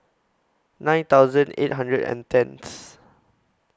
nine thousand eight hundred and tenth